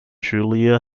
julia